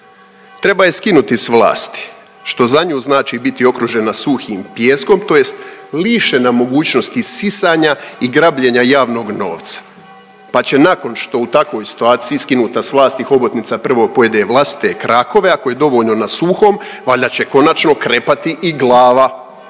Treba je skinuti s vlasti što za nju znači biti okružena suhim pijeskom, tj. lišena mogućnosti sisanja i grabljenja javnog novca, pa će nakon što u takvoj situaciji skinuta s vlasti hobotnica prvo pojede vlastite krakove. A ako je dovoljno na suhom valjda će konačno krepati i glava. Koji